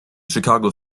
chicago